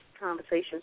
conversations